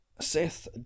Seth